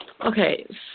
Okay